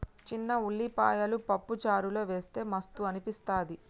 చిన్న ఉల్లిపాయలు పప్పు చారులో వేస్తె మస్తు అనిపిస్తది